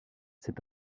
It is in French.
c’est